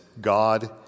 God